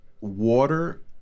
water